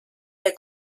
der